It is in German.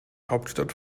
hauptstadt